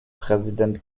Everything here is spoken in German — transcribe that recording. präsident